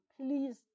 please